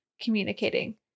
communicating